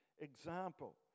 example